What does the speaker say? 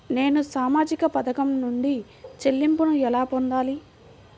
నేను సామాజిక పథకం నుండి చెల్లింపును ఎలా పొందాలి?